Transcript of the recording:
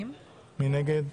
2 נגד,